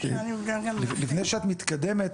לפני שאת מתקדמת,